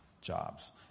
jobs